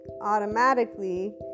automatically